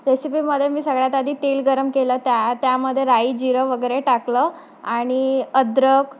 रेसिपीमध्ये मी सगळ्यात आधी तेल गरम केलं त्या त्यामध्ये राई जिरं वगैरे टाकलं आणि अद्रक